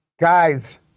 Guys